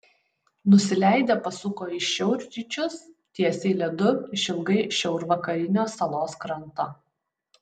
nusileidę pasuko į šiaurryčius tiesiai ledu išilgai šiaurvakarinio salos kranto